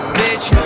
bitch